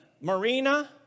marina